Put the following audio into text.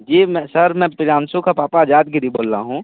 जी मैं सर मैं प्रियांशु का पापा आज़ाद गिरी बोल रहा हूँ